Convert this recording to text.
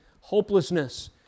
hopelessness